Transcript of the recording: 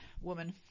woman